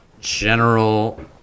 general